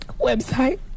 website